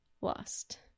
lost